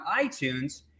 iTunes